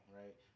right